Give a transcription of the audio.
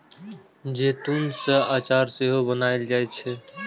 जैतून सं अचार सेहो बनाएल जाइ छै